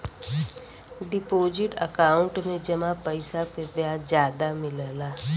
deposit account में जमा पइसा पे ब्याज जादा मिलला